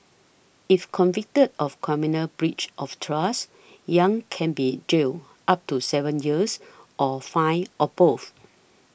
if convicted of criminal breach of trust Yang can be jailed up to seven years or fined or both